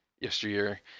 yesteryear